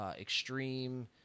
extreme